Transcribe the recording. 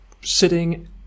sitting